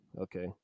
Okay